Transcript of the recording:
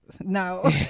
No